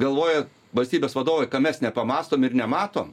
galvoja valstybės vadovai ka mes nepamąstom ir nematom